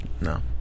no